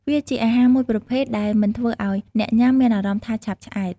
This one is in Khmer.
វាជាអាហារមួយប្រភេទដែលមិនធ្វើឲ្យអ្នកញុាំមានអារម្មណ៍ថាឆាប់ឆ្អែត។